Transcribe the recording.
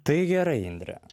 tai gerai indre